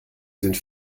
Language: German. sind